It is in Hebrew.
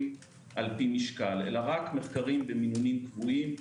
לפי משקל אלא רק מחקרים במינונים קבועים.